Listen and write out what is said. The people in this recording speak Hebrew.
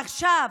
עכשיו.